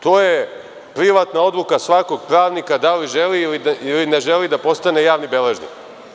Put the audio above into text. To je privatna odluka svakog pravnika da li želi ili ne želi da postane javni beležnik.